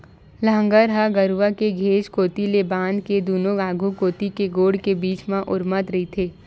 लांहगर ह गरूवा के घेंच कोती ले बांध के दूनों आघू कोती के गोड़ के बीच म ओरमत रहिथे